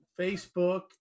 Facebook